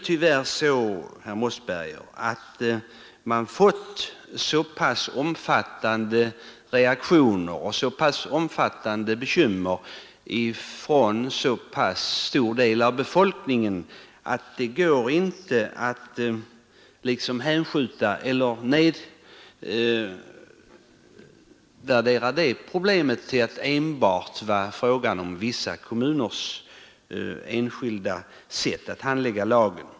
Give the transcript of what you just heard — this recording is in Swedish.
Tyvärr, herr Mossberger, har vi fått så starka reaktioner och hört så många bekymmer uttalas från så stor del av befolkningen att det inte går att nedvärdera hela detta problem till att bara vara en fråga om vissa kommuners sätt att tillämpa lagen.